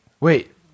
wait